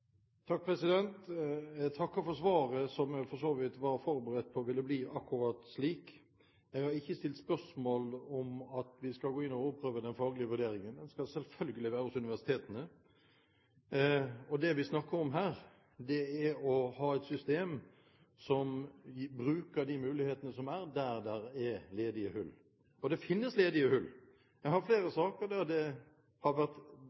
Jeg takker for svaret, som jeg for så vidt var forberedt på ville bli akkurat slik. Jeg har ikke stilt spørsmål om vi skal gå inn og overprøve den faglige vurderingen. Den skal selvfølgelig være hos universitetene. Det vi snakker om her, er å ha et system som bruker de mulighetene som er der det er ledige hull. Og det finnes ledige hull. Jeg har flere saker der det har vært